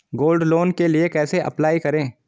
Gold loan के लिए कैसे अप्लाई करें?